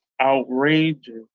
outrageous